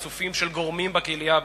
והחצופים של הגורמים בקהילייה הבין-לאומית.